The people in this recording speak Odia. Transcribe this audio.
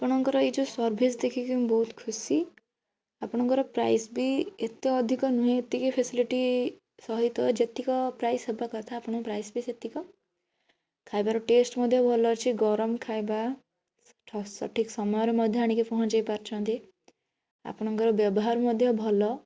ଆପଣଙ୍କର ଏଇ ଯୋ ସର୍ଭିସ୍ ଦେଖିକି ମୁଁ ବହୁତ ଖୁସି ଆପଣଙ୍କ ପ୍ରାଇସ୍ ବି ଏତେ ଅଧିକ ନୁହେଁ ଏତିକି ଫ୍ୟାସିଲିଟି ସହିତ ଯେତିକି ପ୍ରାଇସ୍ ହେବା କଥା ଆପଣଙ୍କ ପ୍ରାଇସ୍ ବି ସେତିକି ଖାଇବାର ଟେଷ୍ଟ ମଧ୍ୟ ଭଲ ଅଛି ଗରମ ଖାଇବା ସଠିକ୍ ସମୟରେ ମଧ୍ୟ ଆଣି ପହଞ୍ଚାଇ ପାରିଛନ୍ତି ଆପଣଙ୍କର ବ୍ୟବହାର ମଧ୍ୟ ଭଲ